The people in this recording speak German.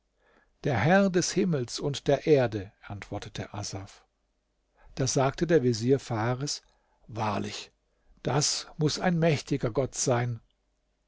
der herr des himmels und der erde antwortete asaf da sagte der vezier fares wahrlich das muß ein mächtiger gott sein